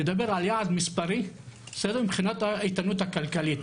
לדבר על יעד מספרי מבחינת האיתנות הכלכלי.